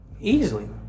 Easily